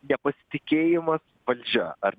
nepasitikėjimas valdžia ar